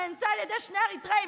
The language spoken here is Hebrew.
שנאנסה על ידי שני אריתריאים,